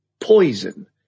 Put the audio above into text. poison